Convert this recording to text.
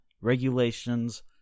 regulations